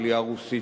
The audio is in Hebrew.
העלייה הרוסית,